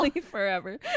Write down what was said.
forever